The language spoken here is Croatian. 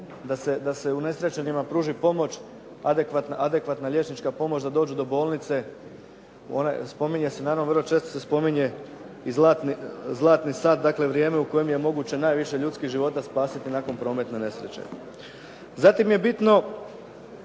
da se unesrećenima pruži pomoć, adekvatna liječnička pomoć da dođe do bolnice. Naravno, vrlo često se spominje i zlatni sat, dakle vrijeme u kojem je moguće najviše ljudskih života spasiti nakon prometne nesreće. Zatim je bitno